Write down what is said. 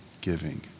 giving